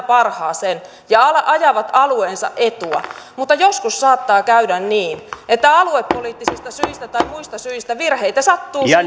parhaaseen ja ajavat alueensa etua mutta joskus saattaa käydä niin että aluepoliittisista tai muista syistä virheitä ja